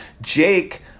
Jake